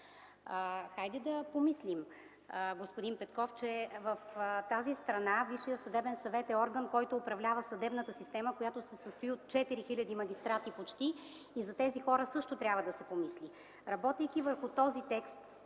Хайде да помислим, господин Петков, че в тази страна Висшият съдебен съвет е органът, който управлява съдебната система, състояща се от почти четири хиляди магистрати. За тези хора също трябва да се помисли! Работейки върху този текст,